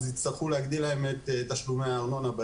יצטרכו להגדיל את תשלומי הארנונה.